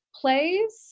plays